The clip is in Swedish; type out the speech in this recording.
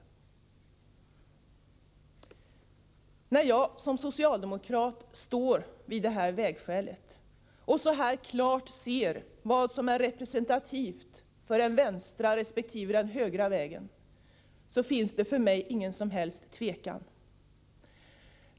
När jag som socialdemokrat står vid det här vägskälet och så här klart ser vad som är representativt för den vänstra resp. den högra vägen finns det för mig ingen som helst tvekan.